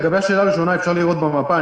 לגבי השאלה הראשונה אפשר לראות במפה,